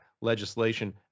legislation